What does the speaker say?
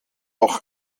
auch